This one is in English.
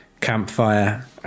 campfire